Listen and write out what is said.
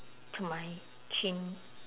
to my chin